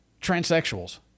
Transsexuals